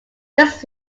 this